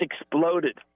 exploded